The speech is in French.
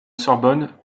sorbonne